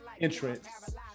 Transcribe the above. entrance